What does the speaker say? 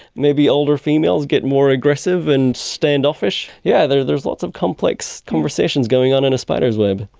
maybe older females get more aggressive and stand-offish, yeah there's there's lots of complex conversations going on in a spider's web.